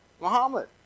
Muhammad